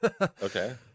Okay